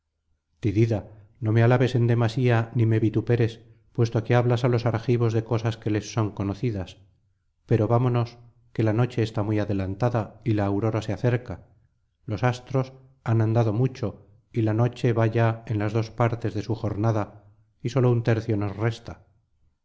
no me alabes en demasía ni me vituperes puesto que hablas á los argivos de cosas que les son conocidas pero vamonos que la noche está muy adelantada y la aurora se acerca los astros han andado mucho y la noche va ya en las dos partes de su jornada y solo un tercio nos resta